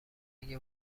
واقعی